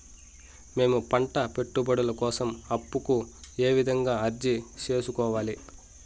మేము పంట పెట్టుబడుల కోసం అప్పు కు ఏ విధంగా అర్జీ సేసుకోవాలి?